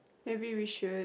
maybe we should